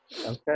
Okay